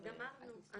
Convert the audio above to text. אז גמרנו.